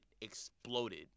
exploded